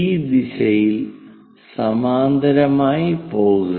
ഈ ദിശയിൽ സമാന്തരമായി പോകുക